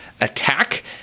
attack